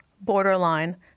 borderline